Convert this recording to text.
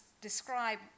describe